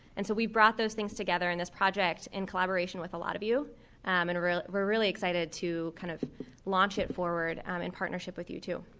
and so we've brought those things together in this project in collaboration with a lot of you um and we're really excited to kind of launch it forward um in partnership with you too.